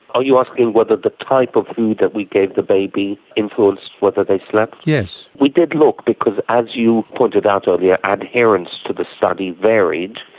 are you asking whether the type of food that we gave the baby influenced whether they slept? yes. we did look because, as you pointed out earlier, yeah adherence to the study varied.